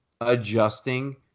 adjusting